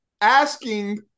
asking